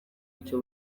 icyo